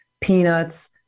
peanuts